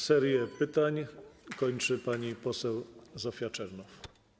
Serię pytań kończy pani poseł Zofia Czernow.